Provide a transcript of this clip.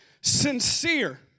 sincere